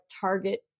target